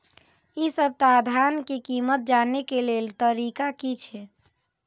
इ सप्ताह धान के कीमत जाने के लेल तरीका की छे?